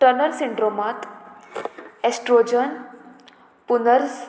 Turner सिंड्रोमांत oestrogen पुनर्स